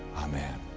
amen.